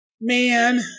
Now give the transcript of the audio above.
Man